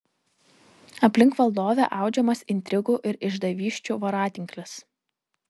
aplink valdovę audžiamas intrigų ir išdavysčių voratinklis